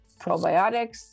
probiotics